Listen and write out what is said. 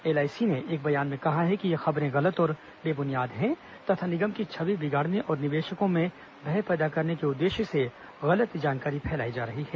LIC ने एक बयान में कहा है कि ये खबरें गलत और बेबुनियाद हैं तथा निगम की छवि बिगाड़ने और निवेशकों में भय पैदा करने के उद्देश्य से गलत जानकारी फैलायी जा रही हैं